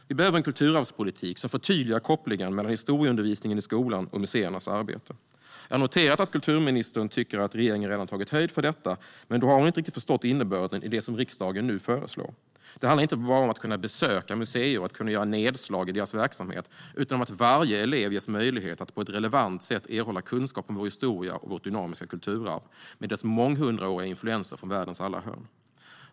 Vi behöver en kulturarvspolitik som förtydligar kopplingen mellan historieundervisningen i skolan och museernas arbete. Jag har noterat att kulturministern tycker att regeringen redan har tagit höjd för detta, men då har hon inte riktigt förstått innebörden i det som riksdagen nu föreslår. Det handlar inte bara om att kunna besöka museer och göra nedslag i deras verksamhet utan om att varje elev ges möjlighet att på ett relevant sätt erhålla kunskap om vår historia och vårt dynamiska kulturarv med dess månghundraåriga influenser från världens alla hörn.